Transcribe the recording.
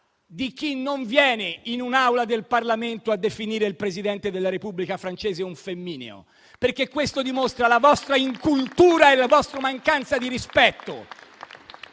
di chi non viene in un'Aula del Parlamento a definire il Presidente della Repubblica francese un femmineo. Questo dimostra la vostra incultura e la vostra mancanza di rispetto.